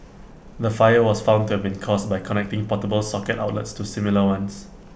the fire was found to have been caused by connecting portable socket outlets to similar ones